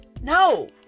No